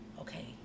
Okay